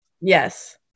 Yes